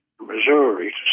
Missouri